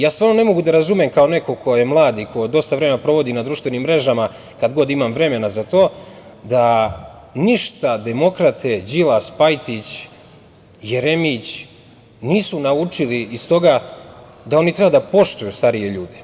Ja stvarno ne mogu da razumem kao neko ko je mlad i ko dosta vremena provodi na društvenim mrežama, kad god imam vremena za to, da ništa demokrate Đilas, Pajtić, Jeremić nisu naučili iz toga, da oni treba da poštuju starije ljude.